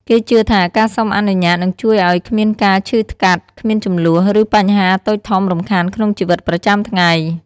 គេជឿថា ការសុំអនុញ្ញាតនឹងជួយឲ្យគ្មានការឈឺថ្កាត់ គ្មានជម្លោះ ឬបញ្ហាតូចធំរំខានក្នុងជីវិតប្រចាំថ្ងៃ។